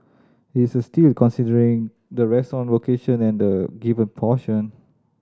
it is a steal considering the restaurant location and the given portion